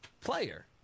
player